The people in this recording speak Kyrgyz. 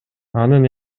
анын